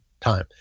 time